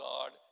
God